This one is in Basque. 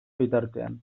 bitartean